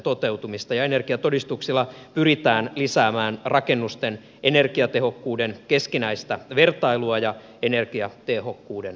energiatodistuksilla pyritään lisäämään rakennusten energiatehokkuuden keskinäistä vertailua ja energiatehokkuuden parantamista